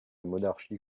monarchie